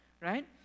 right